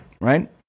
Right